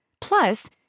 plus